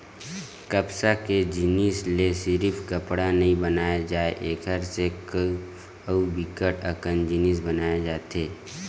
कपसा के जिनसि ले सिरिफ कपड़ा नइ बनाए जाए एकर से अउ बिकट अकन जिनिस बनाए जाथे